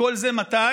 וכל זה מתי?